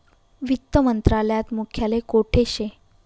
वित्त मंत्रालयात मुख्यालय कोठे शे